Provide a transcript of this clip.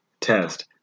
test